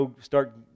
start